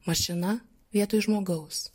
mašina vietoj žmogaus